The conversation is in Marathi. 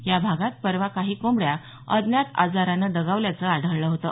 या भागात परवा काही कोंबड्या अज्ञात आजाराने दगावल्याचं आढळलं होतं